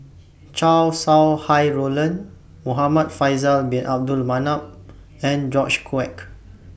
Chow Sau Hai Roland Muhamad Faisal Bin Abdul Manap and George Quek